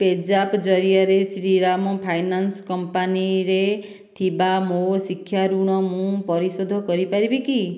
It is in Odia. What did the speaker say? ପେଜାପ୍ ଜରିଆରେ ଶ୍ରୀରାମ ଫାଇନାନ୍ସ୍ କମ୍ପାନୀରେ ଥିବା ମୋ ଶିକ୍ଷା ଋଣ ମୁଁ ପରିଶୋଧ କରିପାରିବି କି